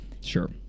Sure